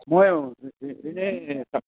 মই এনেই